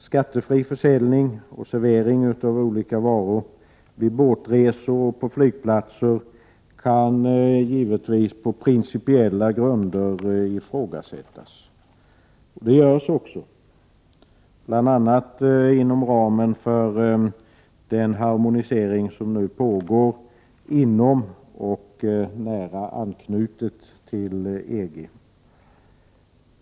Skattefri försäljning och servering vid båtresor och på flygplatser kan givetvis på principiella grunder ifrågasättas. Det görs också bl.a. inom ramen för den harmonisering som nu pågår inom och nära anknutet till EG.